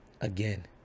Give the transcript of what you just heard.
again